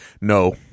No